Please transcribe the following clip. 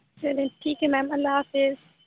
چلیں ٹھیک ہے میم اللہ حافظ